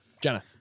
Jenna